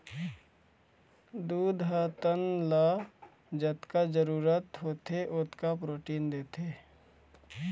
दूद ह तन ल जतका जरूरत होथे ओतका प्रोटीन देथे